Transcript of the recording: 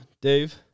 dave